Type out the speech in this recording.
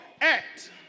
act